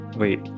Wait